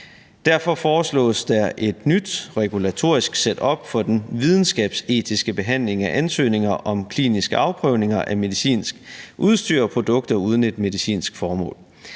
Derfor foreslås der et nyt regulatorisk setup for den videnskabsetiske behandling af ansøgninger om kliniske afprøvninger af medicinsk udstyr og produkter uden et medicinsk formål.